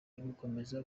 ugukomeza